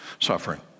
Suffering